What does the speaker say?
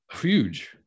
Huge